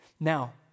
Now